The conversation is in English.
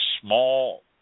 small